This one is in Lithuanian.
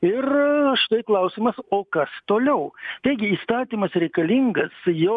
ir štai klausimas o kas toliau taigi įstatymas reikalingas jo